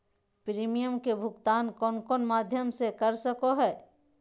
Premium के भुक्तान कौन कौन माध्यम से कर सको है?